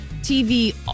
TV